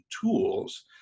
tools